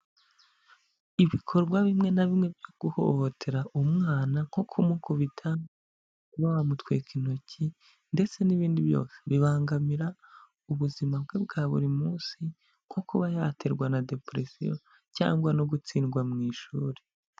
Ibikorwa bimwe na bimwe byo guhohotera umwana nko kumukubita, kuba wamutwika intoki ndetse n'ibindi byose bibangamira ubuzima bwe bwa buri munsi nko kuba yaterwa na deperesiyo cyangwa no gutsindwa mu ishuri.